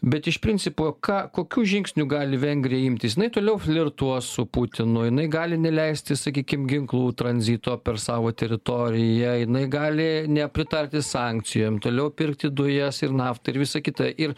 bet iš principo ką kokių žingsnių gali vengrija imtis toliau flirtuos su putinu jinai gali neleisti sakykim ginklų tranzito per savo teritoriją jinai gali nepritarti sankcijom toliau pirkti dujas ir naftą ir visa kita ir